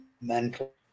mental